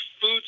food